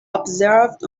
observed